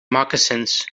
moccasins